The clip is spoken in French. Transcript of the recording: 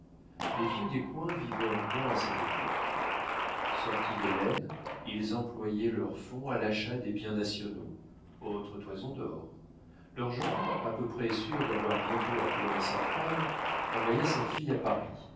les vieux descoings vivaient encore à cette époque sortis des laines ils employaient leurs fonds à l'achat des biens nationaux autre toison d'or leur gendre à peu près sûr d'avoir bientôt à pleurer sa femme envoya sa fille à paris